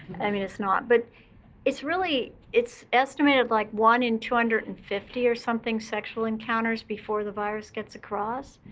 i mean, it's not. but it's really it's estimated, like, one in two hundred and fifty or something sexual encounters before the virus gets across.